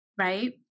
right